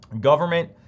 Government